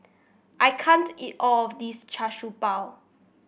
I can't eat all of this Char Siew Bao